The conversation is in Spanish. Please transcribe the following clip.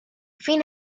fin